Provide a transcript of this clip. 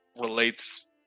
relates